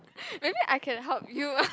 maybe I can help you